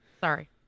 Sorry